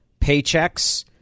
paychecks